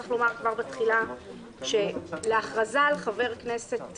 צריך לומר כבר בתחילה שלהכרזה על חבר כנסת כפורש,